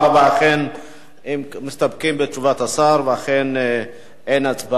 אכן מסתפקים בתשובת השר, ולכן אין הצבעה.